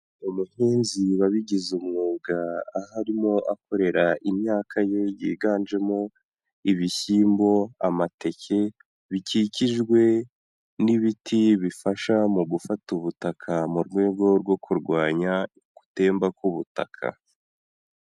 Umuhinzi wabigize umwuga, aho arimo akorera imyaka ye, yiganjemo ibishyimbo, amateke, bikikijwe n'ibiti bifasha mu gufata ubutaka mu rwego rwo kurwanya gutemba k'ubutaka.